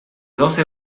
doce